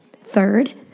Third